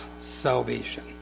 salvation